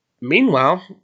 Meanwhile